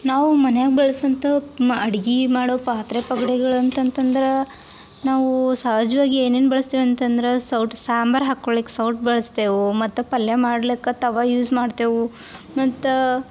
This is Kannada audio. ನಾವು ಮನ್ಯಾಗ ಬಳ್ಸೋ ಅಂಥ ಮಾ ಅಡ್ಗೆ ಮಾಡೋ ಪಾತ್ರೆ ಪಗಡೆಗಳು ಅಂತಂತಂದ್ರೆ ನಾವು ಸಹಜವಾಗಿ ಏನೇನು ಬಳ್ಸ್ತೇವೆ ಅಂತಂದ್ರೆ ಸೌಟು ಸಾಂಬಾರು ಹಾಕ್ಕೊಳಿಕ್ಕೆ ಸೌಟು ಬಳ್ಸ್ತೇವೆ ಮತ್ತು ಪಲ್ಯ ಮಾಡ್ಲಿಕ್ಕೆ ತವಾ ಯೂಸ್ ಮಾಡ್ತೇವೆ ಮತ್ತು